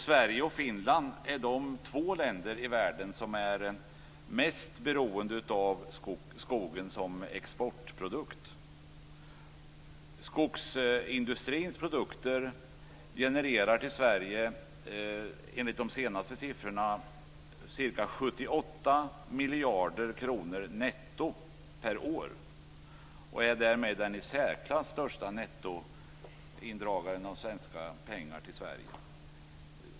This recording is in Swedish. Sverige och Finland är de två länder i världen som är mest beroende av skogen som exportprodukt. Skogsindustrins produkter genererar till Sverige, enligt de senaste siffrorna, 78 miljarder kronor netto per år, och är därmed i särklass den största nettoindragaren av svenska pengar till Sverige.